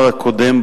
השכר הקודם,